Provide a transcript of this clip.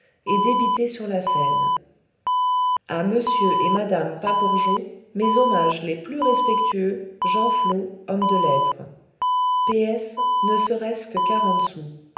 et débitée sur la scène à monsieur et madame pabourgeot mes hommages les plus respectueux genflot homme de lettres p s ne serait-ce que quarante sous